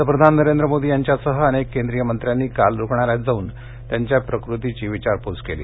पतप्रधान नरेंद्र मोदी यांच्यासह अनेक केंद्रीय मंत्र्यांनी काल रुग्णालयात जाऊन त्यांच्या प्रकृतीची विचारपूस केली